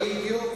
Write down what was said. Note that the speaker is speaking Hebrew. בדיוק.